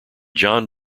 john